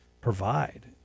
provide